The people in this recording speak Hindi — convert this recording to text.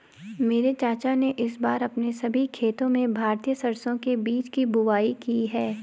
मेरे चाचा ने इस बार अपने सभी खेतों में भारतीय सरसों के बीज की बुवाई की है